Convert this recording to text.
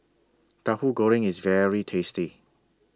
Tahu Goreng IS very tasty